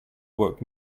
woke